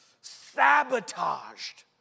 sabotaged